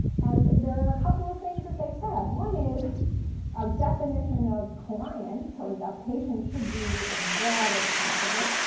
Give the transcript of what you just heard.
and there are a couple of things that they said. one is our definition of client so or our patients should be as broad as possible.